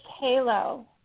Halo